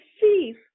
thief